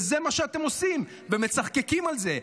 וזה מה שאתם עושים ומצחקקים על זה,